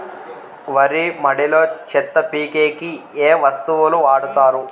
వరి మడిలో చెత్త పీకేకి ఏ వస్తువులు వాడుతారు?